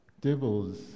devils